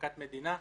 במכת מדינה,